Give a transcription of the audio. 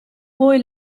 poi